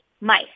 mice